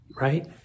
right